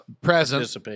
present